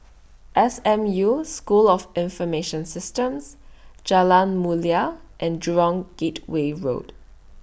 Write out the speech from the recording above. S M U School of Information Systems Jalan Mulia and Jurong Gateway Road